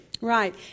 Right